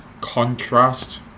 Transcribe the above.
contrast